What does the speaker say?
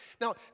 Now